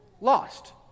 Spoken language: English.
lost